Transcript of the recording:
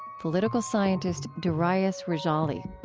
political scientist darius rejali.